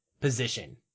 position